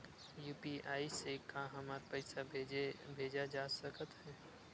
UPI से का हमर पईसा भेजा सकत हे?